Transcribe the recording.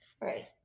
Right